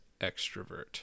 extrovert